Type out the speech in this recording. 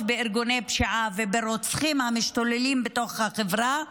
בארגוני פשיעה וברוצחים המשתוללים בחברה,